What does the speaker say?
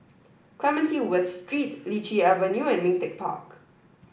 Clementi West Street Lichi Avenue and Ming Teck Park